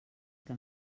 que